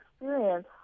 experience